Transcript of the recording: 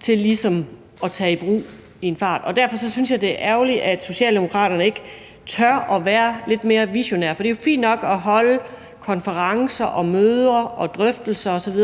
til ligesom at tage i brug i en fart. Derfor synes jeg, det er ærgerligt, at Socialdemokraterne ikke tør at være lidt mere visionære. Det er jo fint nok at holde konferencer og møder og drøftelser osv.,